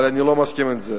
אבל אני לא מסכים עם זה.